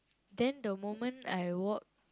then the moment I walk